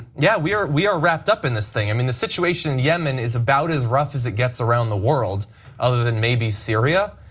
yeah, we are we are wrapped up in this thing, i mean the situation in yemen is about as rough as it gets around the world other than maybe syria,